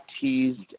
teased